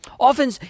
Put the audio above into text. Often